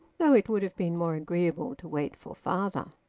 though it would have been more agreeable to wait for father.